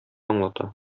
аңлата